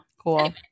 cool